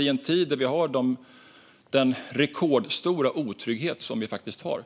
I en tid där vi har den rekordstora otrygghet som vi faktiskt har